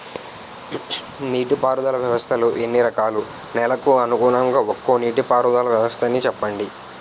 నీటి పారుదల వ్యవస్థలు ఎన్ని రకాలు? నెలకు అనుగుణంగా ఒక్కో నీటిపారుదల వ్వస్థ నీ చెప్పండి?